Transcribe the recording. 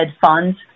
funds